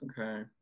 Okay